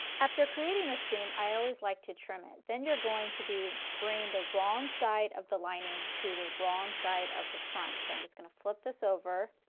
after creating the seam, i always like to trim it, then you are going to be bringing the wrong side of the lining to the wrong side of the front. so i am just going to flip this over.